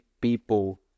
people